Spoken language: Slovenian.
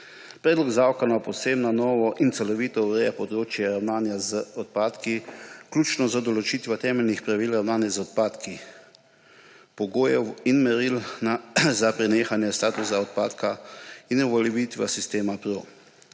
Predlog zakona povsem na novo in celovito ureja področje ravnanja z odpadki, vključno z določitvijo temeljnih pravil ravnanja z odpadki, pogojev in meril za prenehanje statusa odpadka in uveljavitev sistema PRO.